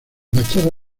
fachada